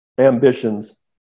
ambitions